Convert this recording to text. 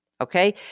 okay